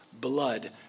blood